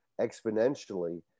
exponentially